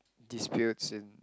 disputes and